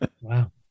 Wow